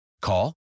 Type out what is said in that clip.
Call